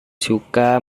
suka